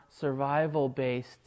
survival-based